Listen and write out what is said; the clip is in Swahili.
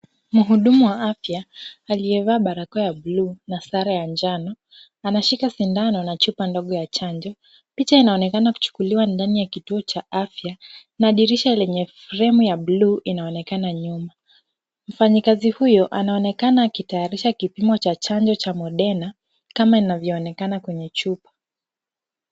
Mhudumu wa afya aliyevaa barakoa ya bluu na sare ya njano, anashika sindano na chupa ndogo ya chanjo. Picha inaonekana kuchukuliwa ndani ya kituo cha afya na dirisha lenye fremu ya bluu inaonekana nyuma. Mfanyikazi huo anaonekana akitayarisha kipimo cha chanjo cha moderna kama inavyoonekana kwenye chupa.